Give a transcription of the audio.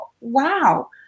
wow